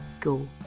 go